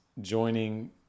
joining